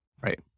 Right